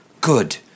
good